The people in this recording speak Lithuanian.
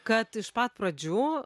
kad iš pat pradžių